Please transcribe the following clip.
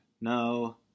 No